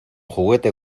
juguete